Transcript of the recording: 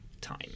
time